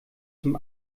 zum